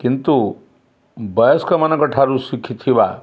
କିନ୍ତୁ ବୟସ୍କମାନଙ୍କଠାରୁ ଶିଖିଥିବା